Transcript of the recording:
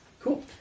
Cool